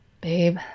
babe